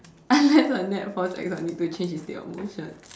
unless a net force acts on it to change its state of motion